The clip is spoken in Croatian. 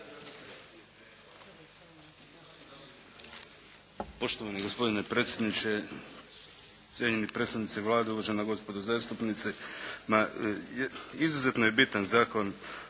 Poštovani gospodine predsjedniče, cijenjeni predstavnici Vlade, uvažena gospodo zastupnici! Ma, izuzetno je bitan zakon